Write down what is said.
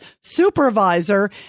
supervisor